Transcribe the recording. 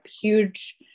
huge